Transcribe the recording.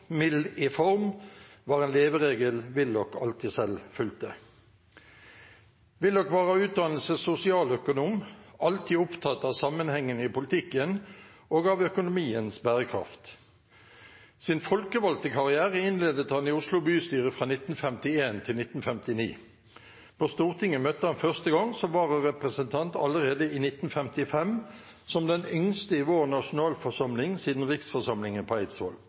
mild i form» var en leveregel Willoch alltid selv fulgte. Willoch var av utdannelse sosialøkonom, alltid opptatt av sammenhengene i politikken og av økonomiens bærekraft. Sin folkevalgte karriere innledet han i Oslo bystyre fra 1951 til 1959. På Stortinget møtte han første gang som vararepresentant allerede i 1955, som den yngste i vår nasjonalforsamling siden riksforsamlingen på